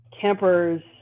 campers